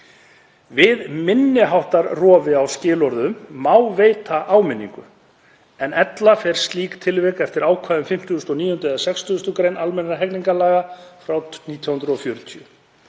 Við minni háttar rofi á skilyrðum má veita áminningu, en ella fer um slík tilvik eftir ákvæðum 59. eða 60. gr. almennra hegningarlaga, nr. 19/1940.